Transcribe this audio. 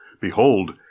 Behold